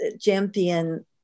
champion